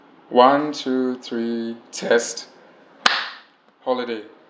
one two three test holiday